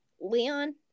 Leon